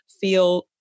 feel